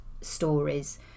stories